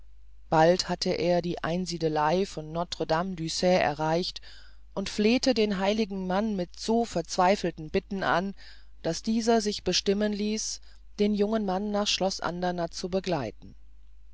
bald hatte er die einsiedelei von notre-dame du sex erreicht und flehte den heiligen mann mit so verzweifelten bitten an daß dieser sich bestimmen ließ den jungen mann nach schloß andernatt zu begleiten